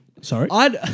Sorry